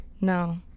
No